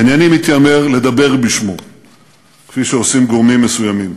אינני מתיימר לדבר בשמו כפי שעושים גורמים מסוימים.